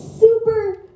super